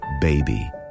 baby